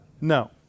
No